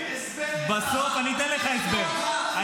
תן לי הסבר אחד.